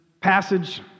passage